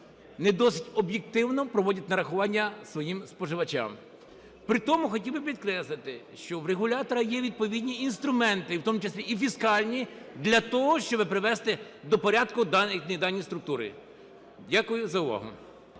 не досить об'єктивно проводять нарахування своїм споживачам. При тому хотів би підкреслити, що у регулятора є відповідні інструменти, в тому числі і фіскальні, для того, щоб привести до порядку дані структури. Дякую за увагу.